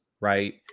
right